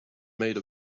made